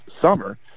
summer